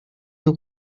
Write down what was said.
you